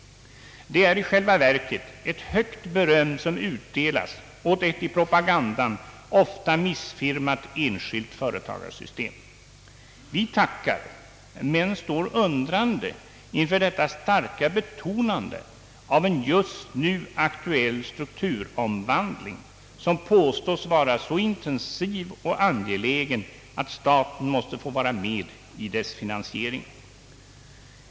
Det är i själva verket ett högt beröm som utdelas åt ett i propagandan ofta missfirmat enskilt företagarsystem. Vi tackar men står undrande inför detta starka betonande av en just nu aktuell strukturomvandling, som påstås vara så intensiv och angelägen att staten måste få vara med i dess finansiering.